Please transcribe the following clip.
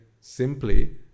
simply